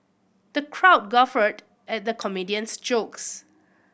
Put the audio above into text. the crowd guffawed at the comedian's jokes